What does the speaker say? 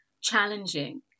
challenging